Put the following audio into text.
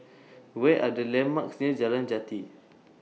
What Are The landmarks near Jalan Jati